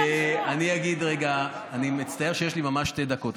אני מצטער שיש לי רק שתי דקות,